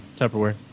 Tupperware